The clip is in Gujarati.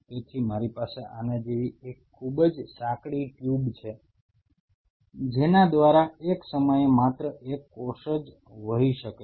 તેથી મારી પાસે આના જેવી એક ખૂબ જ સાંકડી ટ્યુબ છે જેના દ્વારા એક સમયે માત્ર એક કોષ જ વહી શકે છે